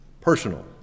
Personal